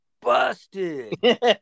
busted